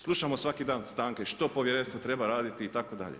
Slušamo svaki dan stanke, što Povjerenstvo treba raditi itd.